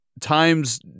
times –